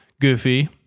goofy